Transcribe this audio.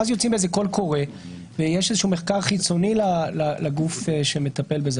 ואז יוצאים בקול קורא ויש מחקר חיצוני לגוף שמטפל בזה.